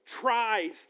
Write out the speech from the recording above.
tries